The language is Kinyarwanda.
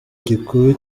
gikuru